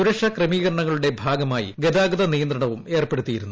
സുരക്ഷ ക്രമീകരണങ്ങളുടെ ഭാഗമായി ഗതാഗത നിയന്ത്രണവും ഏർപ്പെടുത്തിയിരുന്നു